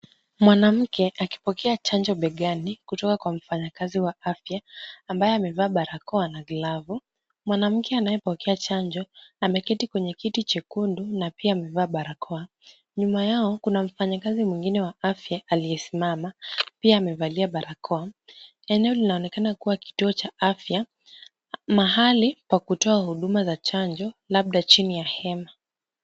Mwanamke akipokea chanjo begani, kutoka kwa mfanyikazi wa afya ambaye amevaa barakoa na glavu. Mwanamke anayepokea chanjo ameketi kwenye kiti chekundu na pia amevaa barakoa. Nyuma yao kuna mfanyikazi mwingine wa afya aliyesimama, pia amevalia barakoa. Eneo linaonekana kuwa kituo cha afya, mahali pa kutoa huduma za chanjo labda chini ya hema.